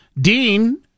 Dean